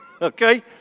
Okay